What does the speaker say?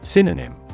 Synonym